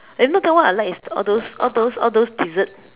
you know then what I like is all those all those all those dessert